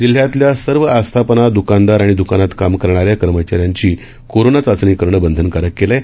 जिल्ह्यातल्या सर्व आस्थापना दुकानदार आणि दुकानात काम करणाऱ्या कर्मचाऱ्यांची कोरोना चाचणी करणं बंधनकारक केलं आहे